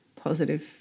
positive